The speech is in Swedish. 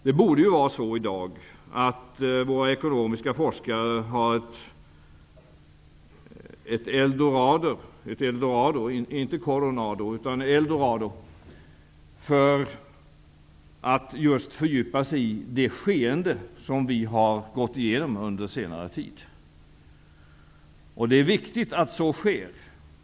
Det borde vara så i dag att våra ekonomiska forskare har ett eldorado när det gäller att fördjupa sig i det skeende som vi har gått igenom under senare tid. Det är viktigt att så sker.